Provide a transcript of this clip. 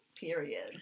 Period